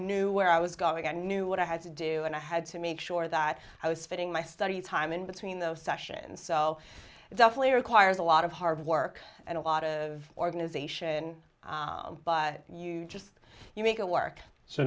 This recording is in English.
knew where i was going and knew what i had to do and i had to make sure that i was spending my study time in between those sessions cell definitely requires a lot of hard work and a lot of organization but you just you make it work so